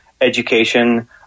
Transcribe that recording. education